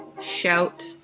shout